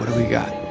we got?